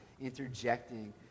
interjecting